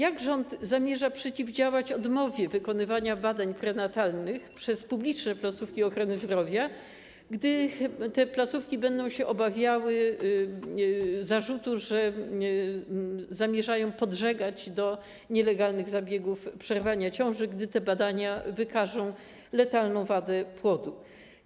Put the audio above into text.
Jak rząd zamierza przeciwdziałać odmowie wykonywania badań prenatalnych przez publiczne placówki ochrony zdrowia, gdy te placówki będą się obawiały zarzutu, że zamierzają podżegać do nielegalnych zabiegów przerywania ciąży, gdy te badania wykażą letalną wadę płodu?